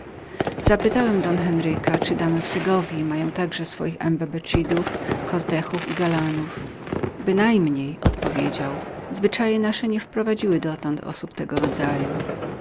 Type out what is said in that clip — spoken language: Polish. zapytałem don henryka czyli damy w segowji miały także swoich embecevidos cortehhów i galantów bynajmniej odpowiedział zwyczaje nasze nie wprowadziły dotąd osób tego rodzaju